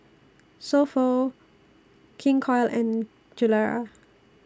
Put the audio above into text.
So Pho King Koil and Gilera